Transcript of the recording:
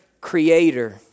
creator